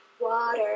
water